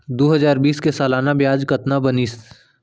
दू हजार बीस के सालाना ब्याज कतना बनिस?